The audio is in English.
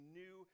new